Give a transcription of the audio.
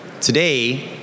today